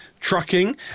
trucking